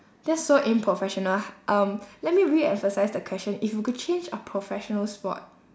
that' so unprofessional h~ um let me reemphasise the question if you could change a professional sport